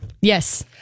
Yes